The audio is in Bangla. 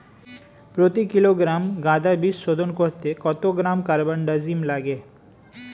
প্রতি কিলোগ্রাম গাঁদা বীজ শোধন করতে কত গ্রাম কারবানডাজিম লাগে?